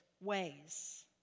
ways